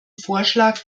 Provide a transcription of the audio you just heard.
vorschlag